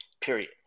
period